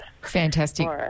Fantastic